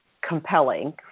compelling